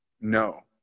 No